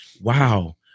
wow